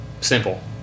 Simple